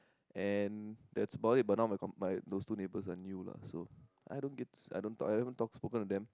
and that's about it but not my com~ my those two neighbors are new lah so I don't get I don't talk I don't talk spoken to them